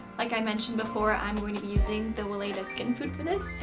like i mentioned before, i am going to be using the weleda skin food for this.